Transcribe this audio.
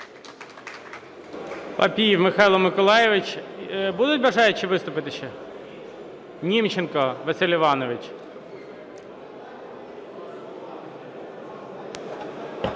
Німченко Василь Іванович.